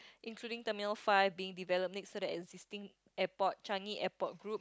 including terminal five being developed next to the existing airport Changi-Airport Group